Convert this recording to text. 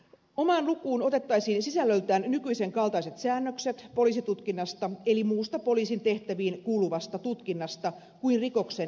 omaan lukuun otettaisiin sisällöltään nykyisen kaltaiset säännökset poliisitutkinnasta eli muusta poliisin tehtäviin kuuluvasta tutkinnasta kuin rikoksen esitutkinnasta